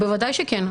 בוודאי שכן.